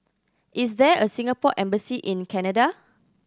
is there a Singapore Embassy in Canada